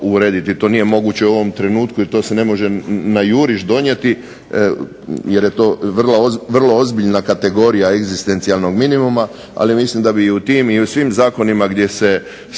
To nije moguće u ovom trenutku i to se ne može na juriš donijeti jer je to vrlo ozbiljna kategorija egzistencijalnog minimuma, ali mislim da bi i u tim i u svim zakonima gdje se